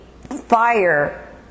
fire